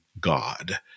God